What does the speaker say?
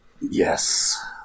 Yes